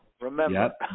Remember